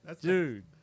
Dude